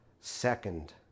second